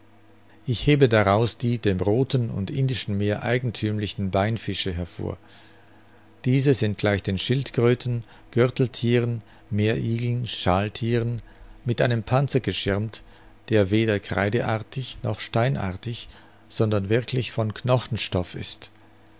ich hebe daraus die dem rothen und indischen meer eigenthümlichen beinfische hervor diese sind gleich den schildkröten gürtelthieren meerigeln schalthieren mit einem panzer geschirmt der weder kreideartig noch steinartig sondern wirklich von knochenstoff ist